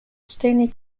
stony